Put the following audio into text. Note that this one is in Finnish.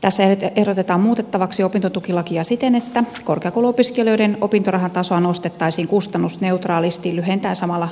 tässä ehdotetaan muutettavaksi opintotukilakia siten että korkeakouluopiskelijoiden opintorahan tasoa nostettaisiin kustannusneutraalisti lyhentäen samalla